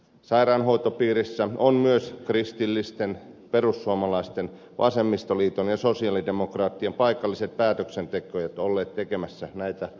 sairaanhoitopiirissä ovat myös kristillisten perussuomalaisten vasemmistoliiton ja sosialidemokraattien paikalliset päätöksentekijät olleet tekemässä näitä ratkaisuja